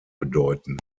bedeuten